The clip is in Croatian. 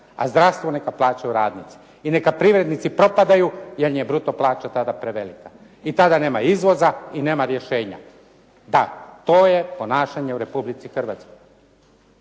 A zdravstvo neka plaćaju radnici. I neka privrednici propadaju jer je im je bruto plaća tada prevelika. I tada nema izvoza i nema rješenje. Da, to je ponašanje u Republici Hrvatskoj.